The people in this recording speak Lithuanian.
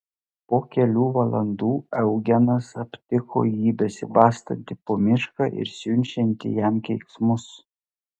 po kelių valandų eugenas aptiko jį besibastantį po mišką ir siunčiantį jam keiksmus